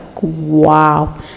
wow